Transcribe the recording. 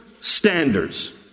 standards